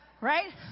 right